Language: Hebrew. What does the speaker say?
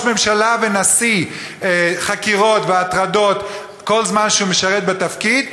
ממשלה ונשיא חקירות והטרדות כל זמן שהוא משרת בתפקיד,